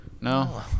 no